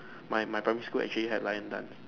my my primary school actually had lion dance